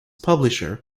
publisher